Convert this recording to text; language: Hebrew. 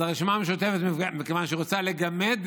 אז הרשימה המשותפת, מכיוון שהיא רוצה לגמד